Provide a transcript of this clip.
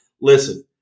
listen